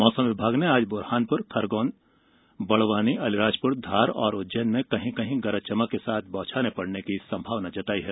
मौसम विभाग ने आज बुरहानपुर खरगौर बडवानी अलीराजपुर धार और उज्जैन में कहीं कहीं गरज चमक के साथ बौछारें पड़ने की संभावना जताई हैं